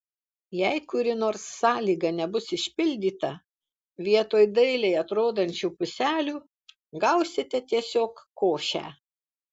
jei kuri nors sąlyga nebus išpildyta vietoj dailiai atrodančių puselių gausite tiesiog košę